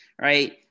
Right